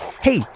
Hey